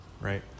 right